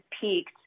peaked